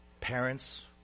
parents